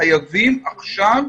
חייבים עכשיו,